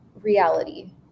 reality